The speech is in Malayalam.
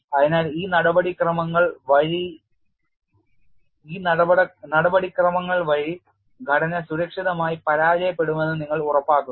അതിനാൽ ഈ നടപടിക്രമങ്ങൾ വഴി ഘടന സുരക്ഷിതമായി പരാജയപ്പെടുമെന്ന് നിങ്ങൾ ഉറപ്പാക്കുന്നു